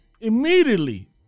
immediately